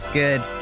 good